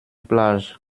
plage